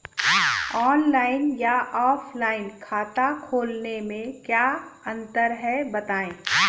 Online या offline खाता खोलने में क्या अंतर है बताएँ?